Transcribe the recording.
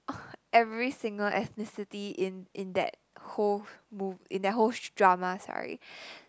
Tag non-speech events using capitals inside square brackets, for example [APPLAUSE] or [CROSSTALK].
[NOISE] every single ethnicity in in that whole move in that whole drama sorry